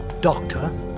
doctor